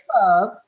love